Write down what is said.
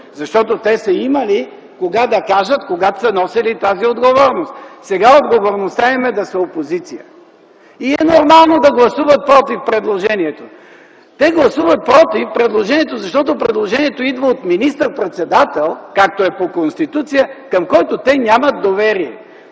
защото те са имали кога да кажат – когато са носели тази отговорност. Сега отговорността им е да са опозиция и е нормално да гласуват против предложението. Те гласуват против предложението, защото то идва от министър-председател, както е по Конституция, към който те нямат доверие.